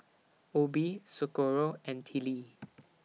Obie Socorro and Tillie